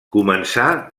començà